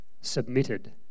submitted